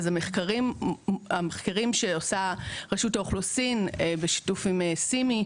אז המחקרים שעושה רשות האוכלוסין בשיתוף עם 'סימי',